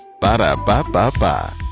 Ba-da-ba-ba-ba